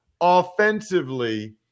offensively